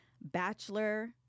bachelor